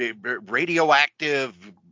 radioactive